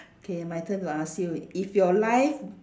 okay my turn to ask you if your life